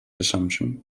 assumption